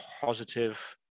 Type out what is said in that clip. positive